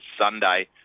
Sunday